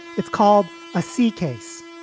it's called a c case.